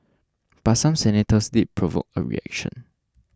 but some senators did provoke a reaction